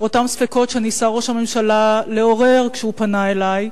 אותם ספקות שניסה ראש הממשלה לעורר כשהוא פנה אלי,